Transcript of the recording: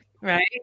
right